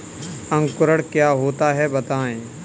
अंकुरण क्या होता है बताएँ?